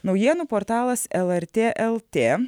naujienų portalas lrt lt